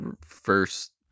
first